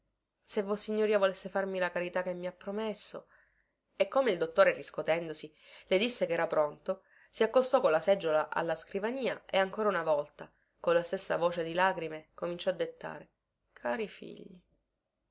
assorto se vossignoria volesse farmi la carità che mi ha promesso e come il dottore riscotendosi le disse che era pronto si accostò con la seggiola alla scrivania e ancora una volta con la stessa voce di lagrime cominciò a dettare cari figli